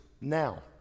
Now